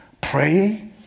pray